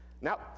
Now